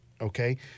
okay